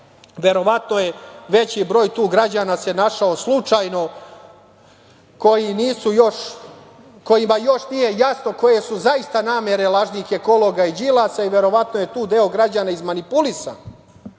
Verovatno se veći broj građana tu se našao slučajno, kojima još nije jasno koje su zaista namere lažnih ekologa i Đilasa i verovatno je tu deo građana izmanipulisan,